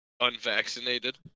unvaccinated